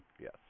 Yes